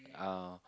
uh